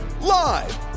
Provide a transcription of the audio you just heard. Live